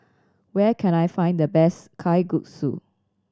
where can I find the best Kalguksu